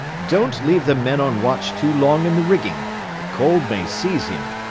don't leave the man on watch too long in the rigging the cold may seize him,